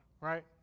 right